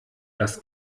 das